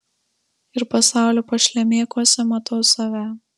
ir pasaulio pašlemėkuose matau save